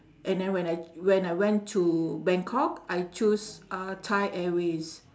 and then when I when I went to bangkok I choose uh thai airways